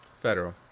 Federal